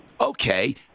Okay